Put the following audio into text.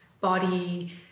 body